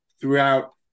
throughout